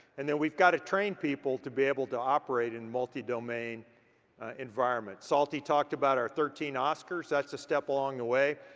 and we've gotta train people to be able to operate in multi-domain environments. salty talked about our thirteen oscars, that's a step along the way.